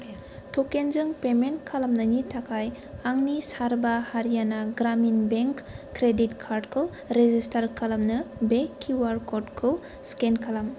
ट'केनजों पेमेन्ट खालामनायनि थाखाय आंनि सारवा हारियाना ग्रामिन बेंक क्रेडिट कार्डखौ रेजिस्टार खालामनो बे किउआर क'डखौ स्केन खालाम